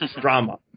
drama